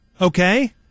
Okay